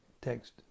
Text